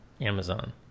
amazon